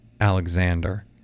Alexander